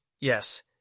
yes